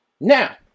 Now